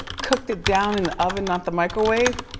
cooked it down in the oven, not the microwave,